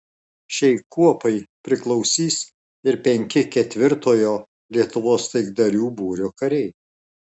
šiai kuopai priklausys ir penki ketvirtojo lietuvos taikdarių būrio kariai